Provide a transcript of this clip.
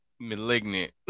Malignant